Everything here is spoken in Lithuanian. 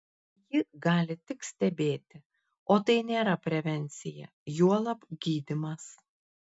ji gali tik stebėti o tai nėra prevencija juolab gydymas